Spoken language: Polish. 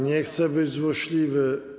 Nie chcę być złośliwy.